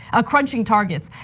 ah crunching targets.